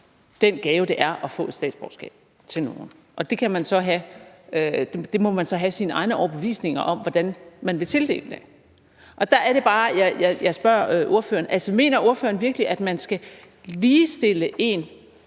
den gave, det er at få et statsborgerskab, til nogle. Det må man så have sine egne overbevisninger om, altså hvordan man vil tildele det. Der er det bare, jeg spørger ordføreren: Mener ordføreren virkelig, at man skal ligestille en,